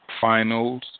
finals